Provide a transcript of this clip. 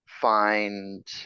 find